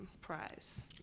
prize